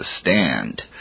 stand